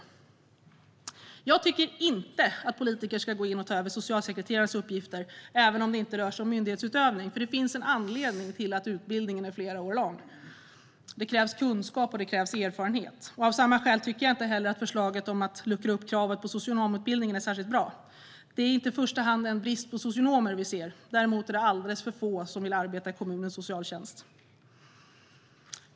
Men jag tycker inte att politiker ska gå in och ta över socialsekreterares uppgifter, även om det inte rör sig om myndighetsutövning, för det finns en anledning till att utbildningen är flera år lång. Det krävs kunskap och erfarenhet. Av samma skäl tycker jag inte heller att förslaget om att luckra upp kravet på socionomutbildningen är särskilt bra. Det är inte i första hand en brist på socionomer som vi ser. Däremot är det alldeles för få som vill arbeta i kommunens socialtjänst.